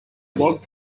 log